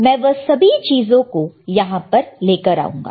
मैं वह सभी चीजों को यहां पर लेकर आऊंगा